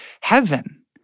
heaven